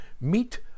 meet